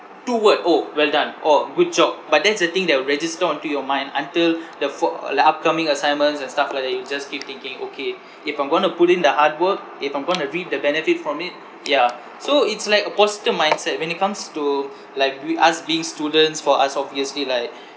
two word orh well done orh good job but that's the thing that'll register onto your mind until the for like upcoming assignments and stuff like that you'll just keep thinking okay if I'm going to put in the hard work if I'm going to reap the benefit from it ya so it's like a positive mindset when it comes to like with us being students for us obviously like